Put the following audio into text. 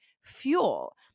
fuel